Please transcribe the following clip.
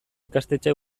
ikastetxe